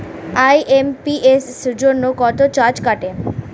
IMPS জন্য কত charge কাটে?